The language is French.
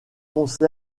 concerts